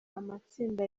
amatsinda